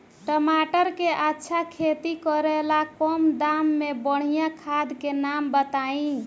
टमाटर के अच्छा खेती करेला कम दाम मे बढ़िया खाद के नाम बताई?